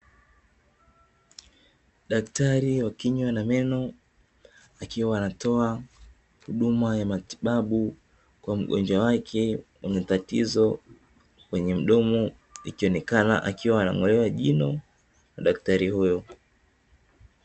Daktari wa kinywa na meno, akiwa anatoa huduma ya matibabu kwa mgonjwa wake mwenye tatizo kwenye mdomo, ikionekana akiwa anang'olewa jino na daktari huyo.